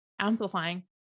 amplifying